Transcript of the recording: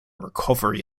recovery